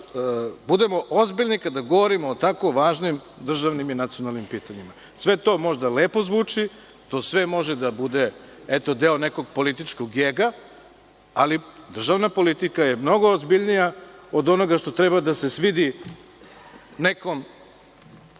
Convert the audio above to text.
budemo ozbiljni kada govorimo o tako važnim državnim i nacionalnim pitanjima. Sve to možda lepo zvuči. To sve može da bude deo nekog političkog ega, ali državna politika je mnogo ozbiljnija od onoga što treba da se svidi nekom